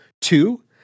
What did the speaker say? Two